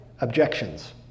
objections